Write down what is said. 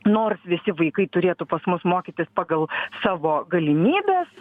nors visi vaikai turėtų pas mus mokytis pagal savo galimybes